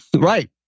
Right